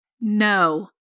No